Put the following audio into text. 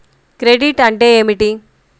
Credit అంటే ఏమిటి?